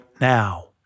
now